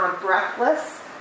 breathless